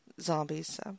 zombies